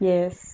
Yes